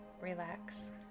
relax